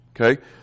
Okay